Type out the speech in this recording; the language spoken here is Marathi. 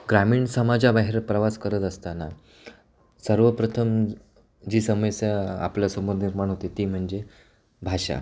ग्रामीण समाजाबाहेर प्रवास करत असताना सर्वप्रथम जी समस्या आपल्या समोर निर्माण होते ती म्हणजे भाषा